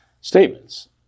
statements